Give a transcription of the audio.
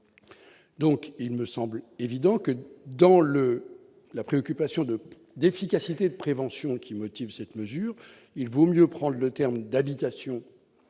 donc il me semble évident que, dans le la préoccupation de d'efficacité prévention qui motive cette mesure, il vaut mieux prendre le terme d'habitation